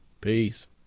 Peace